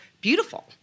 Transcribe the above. beautiful